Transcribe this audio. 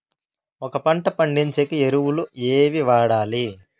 ఒక పంట పండించేకి ఎరువులు ఏవి వాడాలి?